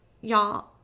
y'all